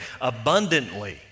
abundantly